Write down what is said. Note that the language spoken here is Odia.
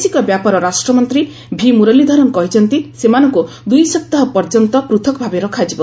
ବୈଦେଶିକ ବ୍ୟାପାର ରାଷ୍ଟ୍ରମନ୍ତ୍ରୀ ଭି ମୁରଲୀଧରନ କହିଛନ୍ତି ସେମାନଙ୍କୁ ଦୁଇସପ୍ତାହ ପର୍ଯ୍ୟନ୍ତ ପୂଥକ୍ ଭାବେ ରଖାଯିବ